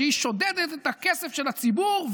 ששודד את הכסף של הציבור,